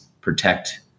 protect